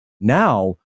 Now